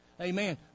Amen